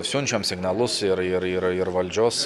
siunčiam signalus ir ir ir ir valdžios